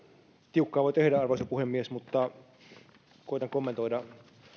tiukkaa voi tehdä arvoisa puhemies mutta koetan kommentoida